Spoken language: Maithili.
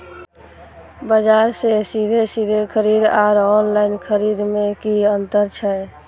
बजार से सीधे सीधे खरीद आर ऑनलाइन खरीद में की अंतर छै?